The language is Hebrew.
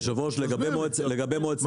כן.